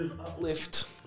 uplift